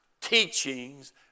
teachings